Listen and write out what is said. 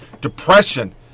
depression